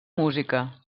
música